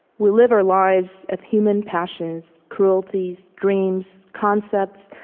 we live our lives of human passions, cruelties, dreams, concepts,